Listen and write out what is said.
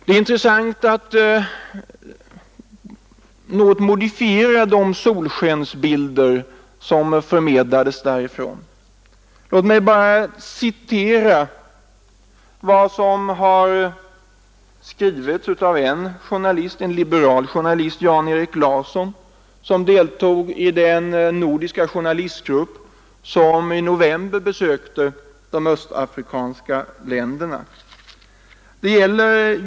Det är viktigt att något modifiera de solskensbilder som förmedlades därifrån. Låt mig bara citera vad som skrivits av en liberal journalist, Jan-Erik Larsson, som deltog i den nordiska journalistgrupp, som i november besökte en del östafrikanska länder.